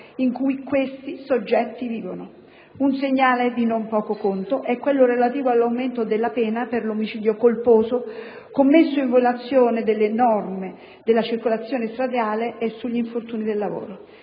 in cui questi soggetti vivono. Un segnale di non di poco conto è quello relativo all'aumento della pena per l'omicidio colposo commesso in violazione delle norme della circolazione stradale e sugli infortuni del lavoro.